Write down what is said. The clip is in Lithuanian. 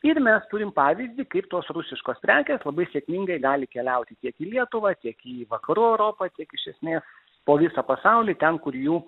ir mes turim pavyzdį kaip tos rusiškos prekės labai sėkmingai gali keliauti tiek į lietuvą tiek į vakarų europą tiek iš esmės po visą pasaulį ten kur jų